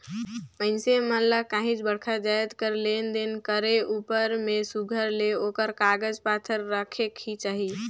मइनसे मन ल काहींच बड़खा जाएत कर लेन देन करे उपर में सुग्घर ले ओकर कागज पाथर रखेक ही चाही